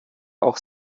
auch